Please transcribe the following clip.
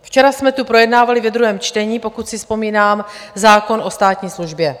Včera jsme tu projednávali ve druhém čtení, pokud si vzpomínám, zákon o státní službě.